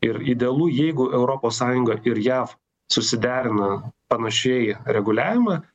ir idealu jeigu europos sąjunga ir jav susiderina panašiai reguliavimą